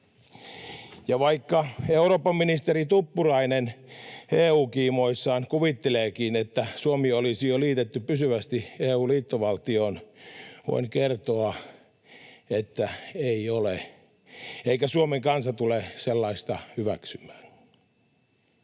Ja vaikka eurooppaministeri Tuppurainen EU-kiimoissaan kuvitteleekin, että Suomi olisi jo liitetty pysyvästi EU-liittovaltioon, voin kertoa, että ei ole eikä Suomen kansa tule sellaista hyväksymään.